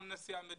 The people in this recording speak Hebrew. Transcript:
גם נשיא המדינה,